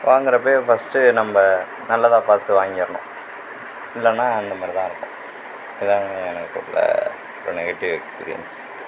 வாங்கிறப்பயே first நம்ம நல்லதாக பார்த்து வாங்கிடணும் இல்லைனா இந்த மாதிரிதான் இருக்கும் இதுதான் எனக்குள்ள ஒரு நெகட்டிவ் எக்ஸ்பிரியன்ஸ்